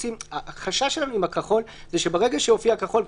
החשש שלנו עם הכחול הוא שברגע שהופיע הכחול,